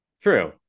True